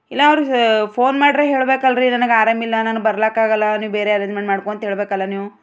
ಇಲ್ಲಾವ್ರು phone ಮಾಡಾರೆ ಹೇಳ್ಬೇಕಲ್ರಿ ನನಗೆ ಆರಾಮಿಲ್ಲ ನಾನು ಬರ್ಲಾಕ್ಕಾಗಲ್ಲ ನೀವು ಬೇರೆ ಅರೇಂಜ್ಮೆಂಟ್ ಮಾಡ್ಕೊ ಅಂತ ಹೇಳ್ಬೇಕಲ್ಲ ನೀವು